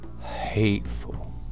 hateful